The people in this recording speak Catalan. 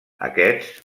aquests